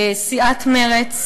סיעת מרצ,